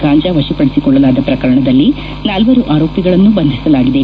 ಗಾಂಜಾ ವಶಪಡಿಸಿಕೊಳ್ಳಲಾದ ಪ್ರಕರಣದಲ್ಲಿ ನಾಲ್ಲರು ಆರೋಪಿಗಳನ್ನು ಬಂಧಿಸಲಾಗಿದೆ